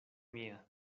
mia